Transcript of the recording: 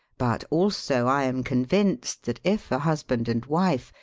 but also i am convinced that if a husband and wife,